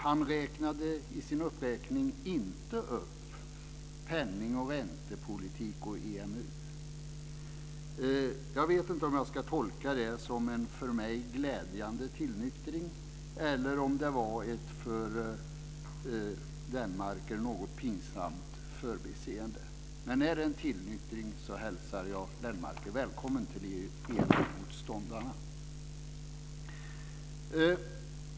Han räknade inte upp penning och räntepolitik och EMU. Jag vet inte om jag ska tolka det som en för mig glädjande tillnyktring eller om det var ett för Lennmarker något pinsamt förbiseende. Men om det är en tillnyktring hälsar jag Lennmarker välkommen till EMU-motståndarna.